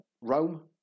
Rome